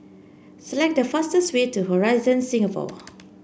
select the fastest way to Horizon Singapore